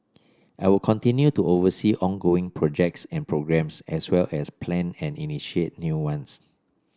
I will continue to oversee ongoing projects and programmes as well as plan and initiate new ones